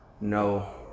no